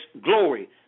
glory